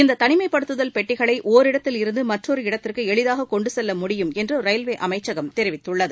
இந்த தனிமைப்படுத்துதல் பெட்டிகளை ஒரிடத்தில் இருந்து மற்றொரு இடத்திற்கு எளிதாக கொண்டு செல்ல முடியும் என்று ரயில்வே அமைச்சகம் தெரிவித்துள்ளது